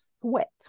sweat